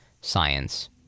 science